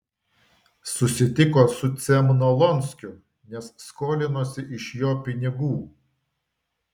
susitiko su cemnolonskiu nes skolinosi iš jo pinigų